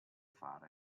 fare